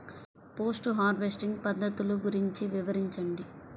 Post harvesting పద్ధతులు గురించి వివరించండి?